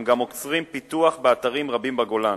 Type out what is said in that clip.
הם גם עוצרים פיתוח באתרים רבים בגולן,